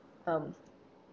um